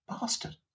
Bastard